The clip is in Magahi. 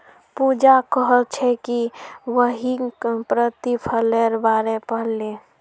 पूजा कोहछे कि वहियं प्रतिफलेर बारे पढ़ छे